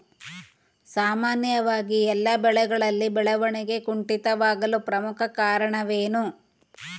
ಸಾಮಾನ್ಯವಾಗಿ ಎಲ್ಲ ಬೆಳೆಗಳಲ್ಲಿ ಬೆಳವಣಿಗೆ ಕುಂಠಿತವಾಗಲು ಪ್ರಮುಖ ಕಾರಣವೇನು?